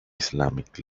islamic